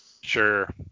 Sure